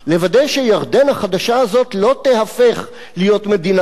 לוודא שירדן החדשה הזאת לא תיהפך להיות מדינת "חמאס",